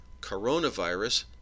coronavirus